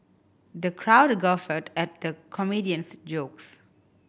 the crowd guffawed at the comedian's jokes